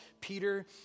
Peter